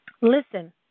listen